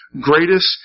greatest